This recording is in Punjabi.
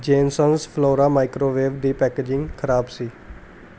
ਜੇਨਸਨਜ਼ ਫਲੋਰਾ ਮਾਈਕ੍ਰੋਵੇਵ ਦੀ ਪੈਕੇਜਿੰਗ ਖਰਾਬ ਸੀ